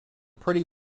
pretty